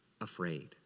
afraid